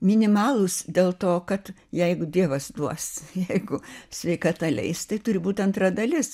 minimalūs dėl to kad jeigu dievas duos jeigu sveikata leis tai turi būt antra dalis